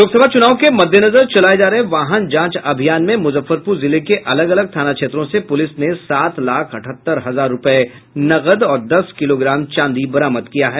लोकसभा चुनाव के मद्देनजर चलाये जा रहे वाहन जांच अभियान में मुजफ्फरपुर जिले के अलग अलग थाना क्षेत्रों से पुलिस ने सात लाख अठहत्तर हजार रूपये नकद और दस किलोग्राम चांदी बरामद किया है